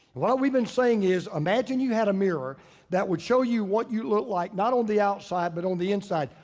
what we've been saying is, imagine you had a mirror that would show you what you look like not on the outside, but on the inside.